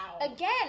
Again